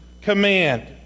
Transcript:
command